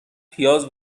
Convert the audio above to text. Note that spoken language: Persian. پیاز